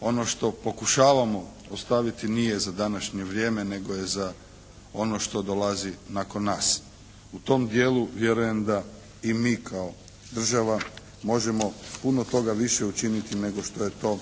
ono što pokušavamo ostaviti nije za današnje vrijeme nego je za ono što dolazi nakon nas. U tom dijelu vjerujem da i mi kao država možemo puno toga više učiniti nego što je to